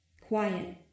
Quiet